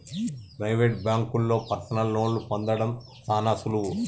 private బాంకుల్లో personal లోన్లు పొందడం సాన సులువు